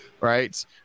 right